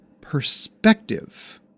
perspective